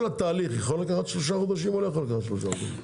כל התהליך יכול לקחת שלושה חודשים או לא יכול לקחת שלושה חודשים?